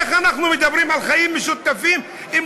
איך אנחנו מדברים על חיים משותפים אם